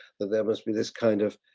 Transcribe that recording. that there must be this kind of